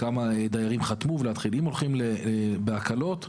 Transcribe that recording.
אם הולכים על הקלות,